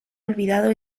olvidado